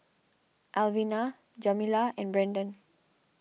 Alvina Jamila and Brandon